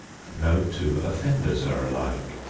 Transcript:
no two offenders are alike.